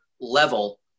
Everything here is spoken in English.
level